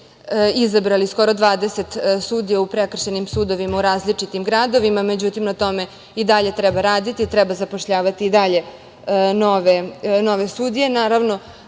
izabrali skoro 20 sudija u prekršajnim sudovima u različitim gradovima, međutim na tome i dalje treba raditi. Treba zapošljavati i dalje nove sudije.